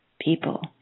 People